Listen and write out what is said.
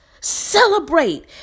celebrate